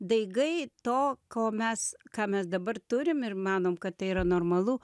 daigai to ko mes ką mes dabar turim ir manom kad tai yra normalu